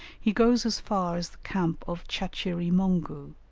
he goes as far as the camp of chachiri-mongou,